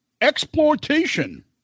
exploitation